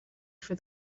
for